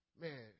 Man